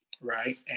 right